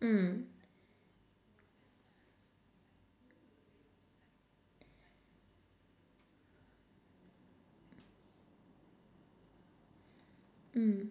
mm mm